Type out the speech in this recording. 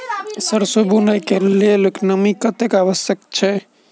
सैरसो बुनय कऽ लेल नमी कतेक आवश्यक होइ छै?